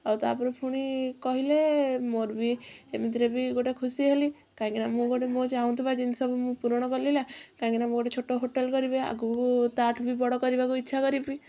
ଆଉ ତାପରେ ଫୁଣି କହିଲେ ମୋର ବି ଏମିତି ରେ ବି ଗୋଟେ ଖୁସି ହେଲି କାହିଁକିନା ମୁଁ ଗୋଟେ ମୁଁ ଚାହୁଁଥିବା ଜିନିଷ ମୁଁ ପୂରଣ କଲି ନା କାହିଁକି ନା ମୁଁ ଗୋଟେ ଛୋଟ ହୋଟେଲ କରିବି ଆଗକୁ ତାଠାରୁ ବି ବଡ଼ କରିବାକୁ ଇଚ୍ଛା କରିବି